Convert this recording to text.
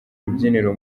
rubyiniro